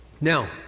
Now